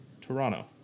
Toronto